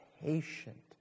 patient